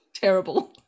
Terrible